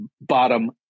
bottom